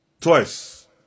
twice